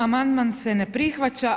Amandman se ne prihvaća.